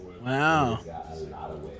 Wow